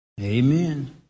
Amen